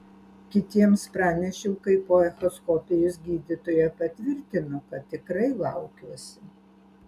kitiems pranešiau kai po echoskopijos gydytoja patvirtino kad tikrai laukiuosi